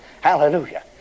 Hallelujah